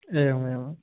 एवम् एवं